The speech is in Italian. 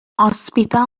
ospita